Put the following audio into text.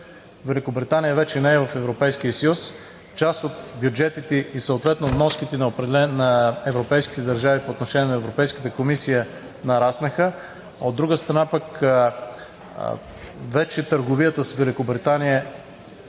Великобритания вече не е в Европейския съюз, част от бюджетите и съответно вноските на европейските държави по отношение на Европейската комисия нараснаха. От друга страна пък, вече търговията с Великобритания